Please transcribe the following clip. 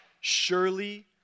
surely